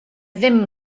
ddim